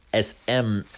sm